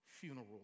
funeral